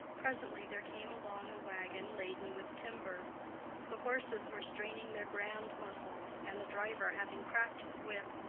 presently there came along a wagon laden with timber the horses were straining their grand muscles, and the driver having cracked his whip,